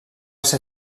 ser